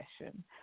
session